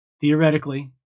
theoretically